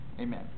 Amen